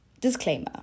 Disclaimer